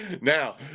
Now